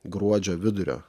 gruodžio vidurio